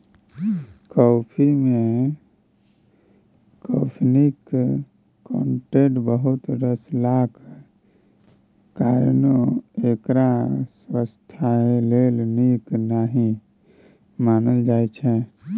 coffee मे कैफीनक content बहुत रहलाक कारणेँ एकरा स्वास्थ्य लेल नीक नहि मानल जाइ छै